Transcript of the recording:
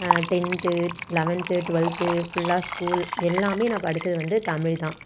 tenth eleventh twelfth ஃபுல்லாக school எல்லாமே நான் படித்தது வந்து தமிழ்தான்